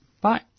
Bye